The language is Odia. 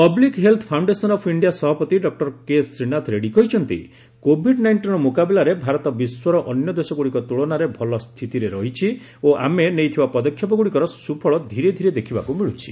public health foundation of India ସଭାପତି ଡକ୍କର କେ ଶ୍ରୀନାଥ ରେଡ୍ରୀ କହିଛନ୍ତି କୋଭିଡ୍ ନାଇଷ୍ଟିର ମୁକାବିଲାରେ ଭାରତ ବିଶ୍ୱର ଅନ୍ୟ ଦେଶଗୁଡ଼ିକ ତୁଳନାରେ ଭଲ ସ୍ଥିତିରେ ରହିଛି ଓ ଆମେ ନେଇଥିବା ପଦକ୍ଷେପଗୁଡ଼ିକର ସୁଫଳ ଧୀରେ ଧୀରେ ଦେଖିବାକୁ ମିଳୁଛି